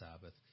Sabbath